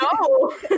No